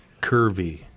Curvy